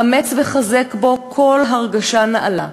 אמץ וחזק בו כל הרגשה נעלה,